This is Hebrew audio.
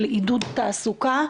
של עידוד תעסוקה,